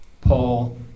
Paul